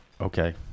Okay